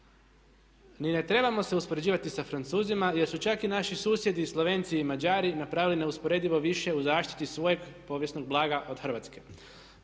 Ni ne trebamo se uspoređivati sa Francuzima jer su čak i naši susjedi Slovenci i Mađari napravili neusporedivo više u zaštiti svojeg povijesnog blaga od Hrvatske.